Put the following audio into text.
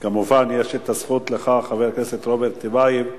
כמובן יש לך הזכות, חבר הכנסת רוברט טיבייב,